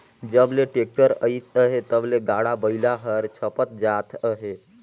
जब ले टेक्टर अइस अहे तब ले गाड़ा बइला हर छपत जात अहे